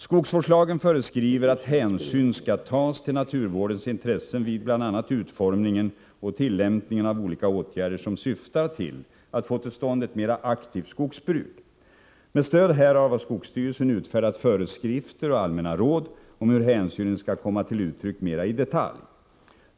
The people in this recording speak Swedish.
Skogsvårdslagen föreskriver att hänsyn skall tas till naturvårdens intressen vid bl.a. utformningen och tillämpningen av olika åtgärder som syftar till att få till stånd ett mera aktivt skogsbruk. Med stöd härav har skogsstyrelsen utfärdat föreskrifter och allmänna råd om hur hänsynen skall komma till uttryck mera i detalj.